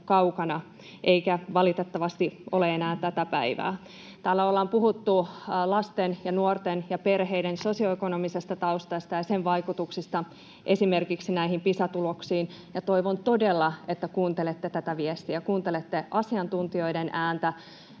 eikä valitettavasti ole enää tätä päivää. Täällä ollaan puhuttu lasten ja nuorten ja perheiden sosioekonomisesta taustasta ja sen vaikutuksista esimerkiksi näihin Pisa-tuloksiin, ja toivon todella, että kuuntelette tätä viestiä, kuuntelette asiantuntijoiden ääntä.